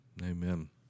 Amen